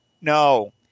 No